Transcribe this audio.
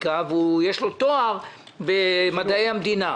שנקרא: שואבי המים וחוטבי העצים של החברה הישראלית.